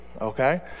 Okay